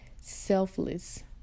selfless